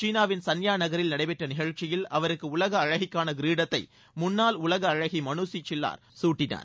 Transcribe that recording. சீனாவின் சன்யா நகரில் நடைபெற்ற நிகழ்ச்சியில் அவருக்கு உலக அழகிக்கானகிரீடத்தை முன்னாள் உலக அழகி மனுஷி சில்லார் சூட்டினார்